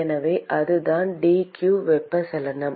எனவே அதுதான் d q வெப்பச்சலனம்